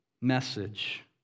message